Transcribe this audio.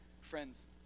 Friends